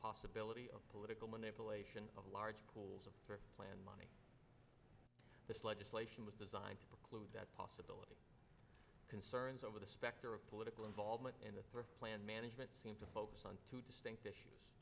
possibility of political manipulation of large pools of planned money this legislation was designed to clue that possibility concerns over the specter of political involvement in the plan management seem to focus on two distinct issues